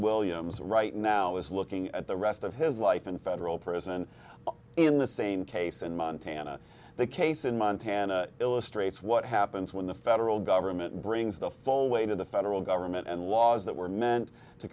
williams right now is looking at the rest of his life in federal prison in the same case in montana the case in montana illustrates what happens when the federal government brings the foam weight of the federal government and laws that were meant to